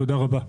תודה רבה.